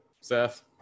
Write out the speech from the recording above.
Seth